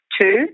two